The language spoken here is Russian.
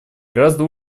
гораздо